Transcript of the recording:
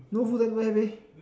no full time don't have eh